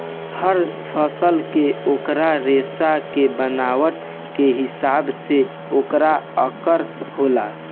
हर फल मे ओकर रेसा के बनावट के हिसाब से ओकर आकर होला